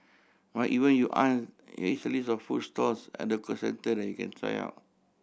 but even you aren't here is a list of food stalls and concern centre you can try on